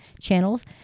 channels